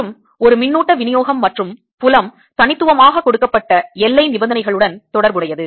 மற்றும் ஒரு மின்னூட்ட விநியோகம் மற்றும் புலம் தனித்துவமாக கொடுக்கப்பட்ட எல்லை நிபந்தனைகளுடன் தொடர்புடையது